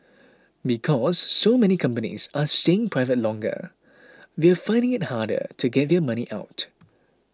because so many companies are staying private longer they're finding it harder to get their money out